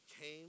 came